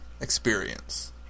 experience